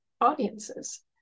audiences